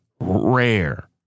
rare